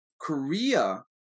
Korea